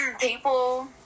people